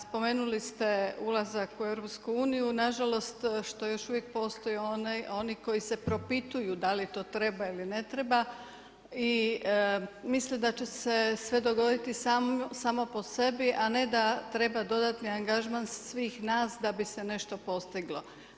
Spomenuli ste ulazak u EU, nažalost što još uvijek postoje oni koji se propituju da li to treba ili ne treba i misle da će se sve dogoditi samo po sebi, a ne da treba dodatni angažman svih nas da bi se nešto postiglo.